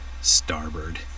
Starboard